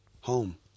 home